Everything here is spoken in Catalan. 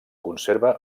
conserva